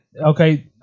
Okay